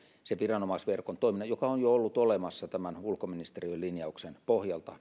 sen viranomaisverkon toiminnan joka viranomaisten yhteistyö on jo ollut olemassa ulkoministeriön linjauksen pohjalta